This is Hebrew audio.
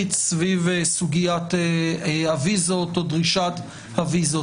סביב סוגיית הוויזות או דרישת הוויזות.